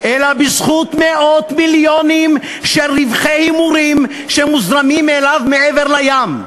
אלא בזכות מאות מיליונים של רווחי הימורים שמוזרמים אליו ממעבר לים.